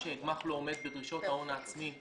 אמרו הגמ"חים שלעתים הם בבתי ספר או במקומות אחרים,